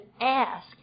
ask